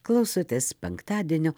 klausutis penktadienio